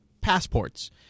passports